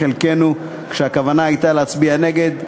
חלקנו, כשהכוונה הייתה להצביע נגד.